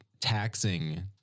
taxing